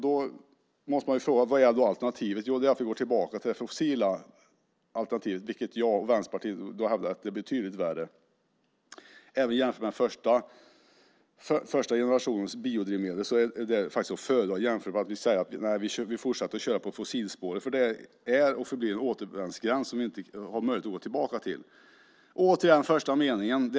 Då måste man fråga sig vad som är alternativet. Jo, det är att vi går tillbaka till det fossila alternativet, vilket jag och Vänsterpartiet hävdar är betydligt värre. Den första generationens biodrivmedel är faktiskt att föredra jämfört med att fortsätta att köra på fossilspåret. Det är och förblir en återvändsgränd som vi inte har möjlighet att gå tillbaka till. Jag återkommer till den första meningen.